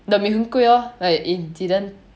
the mee hoon kway lor like it didn't